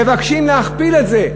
מבקשים להכפיל את זה,